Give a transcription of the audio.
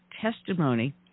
testimony